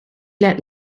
let